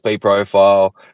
profile